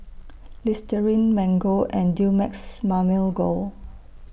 Listerine Mango and Dumex Mamil Gold